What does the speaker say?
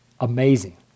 amazing